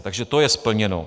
Takže to je splněno.